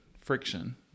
friction